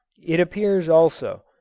it appears, also,